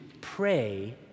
pray